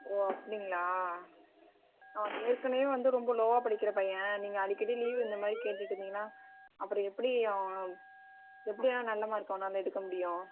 ஓ அப்படிங்களா அவன் ஏற்கனவே வந்து ரொம்ப லோவாக படிக்கிற பையன் நீங்கள் அடிக்கடி லீவு இந்தமாதிரி கேட்டுட்டுருந்தீங்கன்னா அப்புறம் எப்படி அவன் எப்படி அவன் நல்ல மார்க் அவனால் எடுக்கமுடியும்